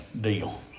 deal